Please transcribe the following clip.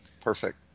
Perfect